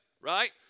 Right